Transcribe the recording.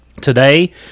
today